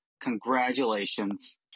Congratulations